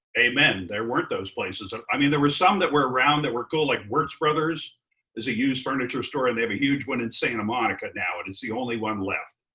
amen, there weren't those places. and i mean, there were some that were around that were cool like wertz brothers is a used furniture store. and they have a huge one in santa monica now, and it's the only one left.